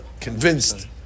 convinced